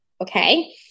okay